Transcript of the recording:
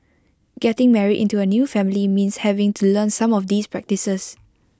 getting married into A new family means having to learn some of these practices